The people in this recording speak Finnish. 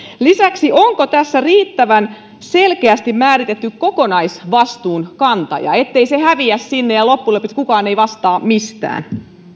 lisäksi onko tässä riittävän selkeästi määritetty kokonaisvastuunkantaja niin ettei se häviä sinne ja loppujen lopuksi kukaan ei vastaa mistään